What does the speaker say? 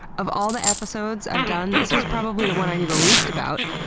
of all the episodes i've done, this was probably the one i knew the least about,